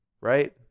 right